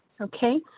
okay